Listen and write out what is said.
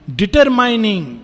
determining